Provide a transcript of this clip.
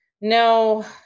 No